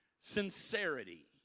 sincerity